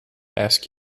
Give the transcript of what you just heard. ask